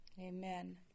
Amen